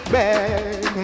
back